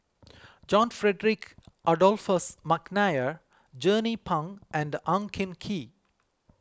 John Frederick Adolphus McNair Jernnine Pang and Ang Hin Kee